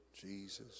Jesus